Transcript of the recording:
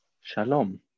Shalom